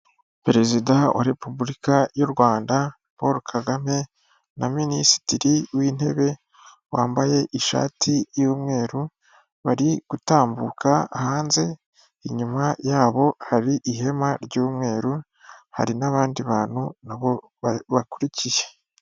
Perezida wa Repubulika y'u Rwanda Paul Kagame na Minisitiri w'intebe, wambaye ishati y'umweru bari gutambuka hanze, inyuma yabo hari ihema ry'umweru, hari n'abandi bantu na bo babakurikiye.